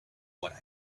what